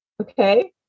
Okay